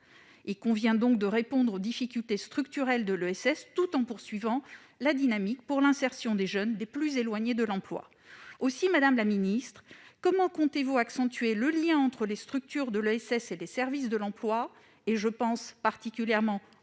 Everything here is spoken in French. Il convient donc de répondre aux difficultés structurelles de l'ESS tout en poursuivant la dynamique pour l'insertion des jeunes, des plus éloignés de l'emploi. Madame la secrétaire d'État, comment comptez-vous accentuer le lien entre les structures de l'ASS et les services de l'emploi-